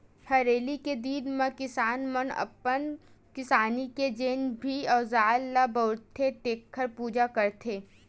हरेली के दिन म किसान मन अपन किसानी के जेन भी अउजार ल बउरथे तेखर पूजा करथे